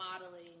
modeling